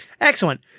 Excellent